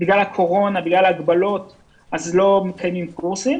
בגלל הקורונה, בגלל ההגבלות לא מתקיימים קורסים.